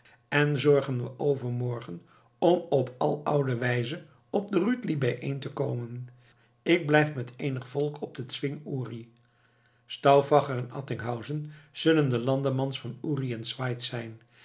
en zorgen we overmorgen om op aloude wijze op de rütli bijeen te komen ik blijf met eenig volk op den zwing uri stauffacher en attinghausen zullen de landammans van uri en schweiz zijn